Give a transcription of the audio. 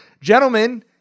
Gentlemen